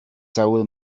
soul